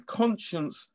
conscience